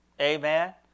Amen